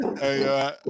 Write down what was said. Hey